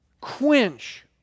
quench